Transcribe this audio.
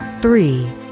three